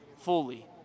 fully